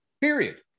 period